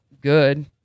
good